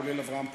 כולל אברהם פורז,